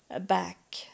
back